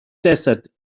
desert